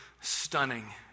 stunning